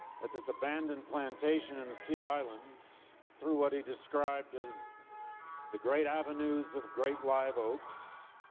at this abandoned plantation in the sea islands, through what he described as the great avenues of great live oaks,